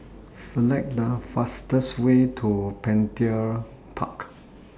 Select The fastest Way to Petir Park